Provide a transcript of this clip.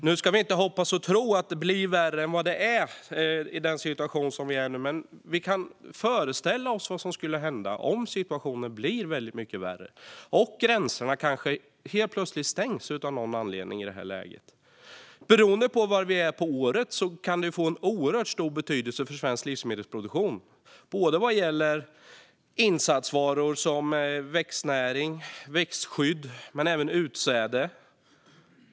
Nu ska vi inte tro att det blir värre än vad det är i den situation som vi är i nu, men vi kan föreställa oss vad som skulle hända om situationen blir väldigt mycket värre och gränserna kanske helt plötsligt stängs av någon anledning i det här läget. Beroende på var vi är under året kan det få en oerhört stor betydelse för svensk livsmedelsproduktion både vad gäller insatsvaror som växtnäring och växtskydd men även utsäde.